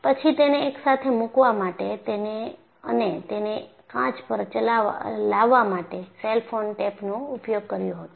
પછી તેને એકસાથે મૂકવા માટે અને તેને કાચ પર લાવવા માટે સેલોફેન ટેપનો ઉપયોગ કર્યો હતો